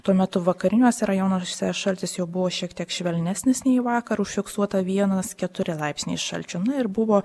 tuo metu vakariniuose rajonuose šaltis jau buvo šiek tiek švelnesnis nei vakar užfiksuota vienas keturi laipsniai šalčio ir buvo